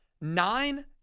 nine